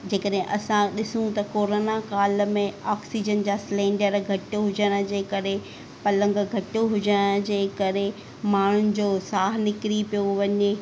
जेकॾहिं असां ॾिसूं त कोरोना काल में ऑक्सीज़न जा सिलेंडर घटि हुजण जे करे पलंग घटि हुजण जे करे माण्हुनि जो साहु निकिरी पियो वञे